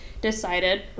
decided